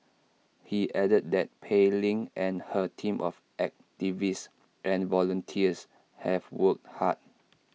he added that Pei Ling and her team of activists and volunteers have worked hard